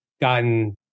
gotten